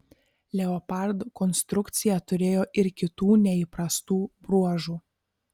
leopard konstrukcija turėjo ir kitų neįprastų bruožų